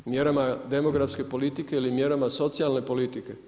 Mjerama demografske politike ili mjerama socijalne politike?